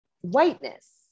whiteness